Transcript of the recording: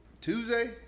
tuesday